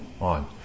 on